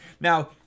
Now